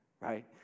right